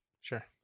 Sure